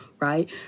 Right